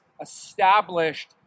established